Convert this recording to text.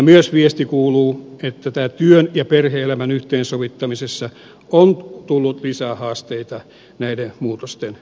myös viesti kuuluu että työn ja perhe elämän yhteensovittamisessa on tullut lisähaasteita näiden muutosten myötä